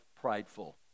prideful